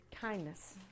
kindness